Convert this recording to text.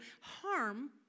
harm